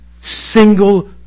single